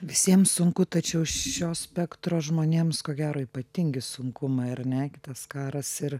visiems sunku tačiau šio spektro žmonėms ko gero ypatingi sunkumai ar ne gi tas karas ir